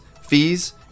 fees